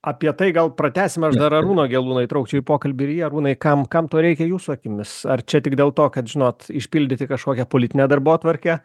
apie tai gal pratęsim aš dar arūną gelūną įtraukčiau į pokalbį ir jį arūnai kam kam to reikia jūsų akimis ar čia tik dėl to kad žinot išpildyti kažkokią politinę darbotvarkę